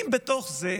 אם בתוך זה,